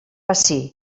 ací